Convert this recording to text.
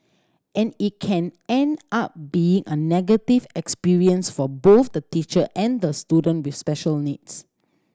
and it can end up being a negative experience for both the teacher and the student with special needs